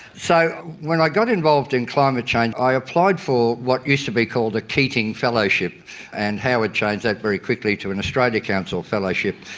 so when i got involved in climate change i applied for what used to be called a keating fellowship and howard changed that very quickly to an australia council fellowship.